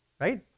right